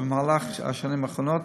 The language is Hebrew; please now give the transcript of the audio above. במהלך השנים האחרונות